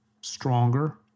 stronger